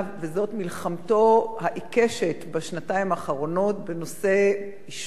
וזאת מלחמתו העיקשת בשנתיים האחרונות בנושא העישון,